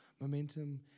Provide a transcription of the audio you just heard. Momentum